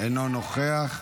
אינו נוכח.